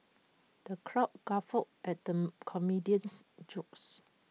the crowd guffawed at the comedian's jokes